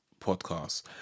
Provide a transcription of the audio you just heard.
podcast